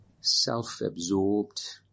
self-absorbed